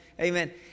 Amen